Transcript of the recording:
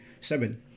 Seven